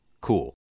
Cool